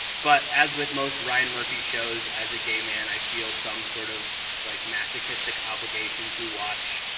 but as with most ryan murphy shows, as a gay man, i feel some sort of like masochistic obligation to watch,